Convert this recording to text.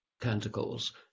canticles